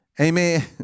Amen